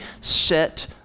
set